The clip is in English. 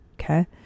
Okay